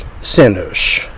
sinners